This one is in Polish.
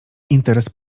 interes